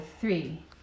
three